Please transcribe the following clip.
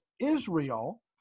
Israel